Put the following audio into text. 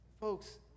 Folks